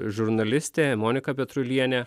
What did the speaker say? žurnalistė monika petrulienė